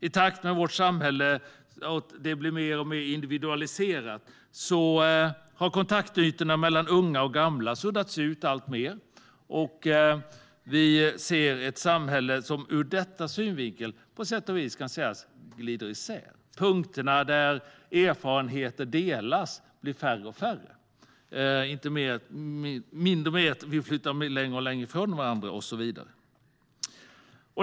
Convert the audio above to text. I takt med att vårt samhälle har blivit mer och mer individualiserat har kontaktytorna mellan unga och gamla suddats ut alltmer, och vi ser ett samhälle som ur denna synvinkel på sätt och vis kan sägas glida isär. Punkterna där erfarenheter delas blir färre och färre i och med att man flyttar längre ifrån varandra och så vidare.